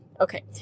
Okay